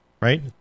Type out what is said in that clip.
right